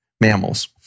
mammals